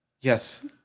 yes